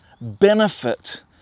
benefit